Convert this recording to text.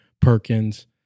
Perkins